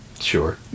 Sure